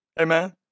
Amen